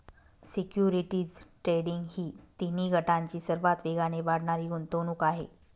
securities trading ही तिन्ही गटांची सर्वात वेगाने वाढणारी गुंतवणूक आहे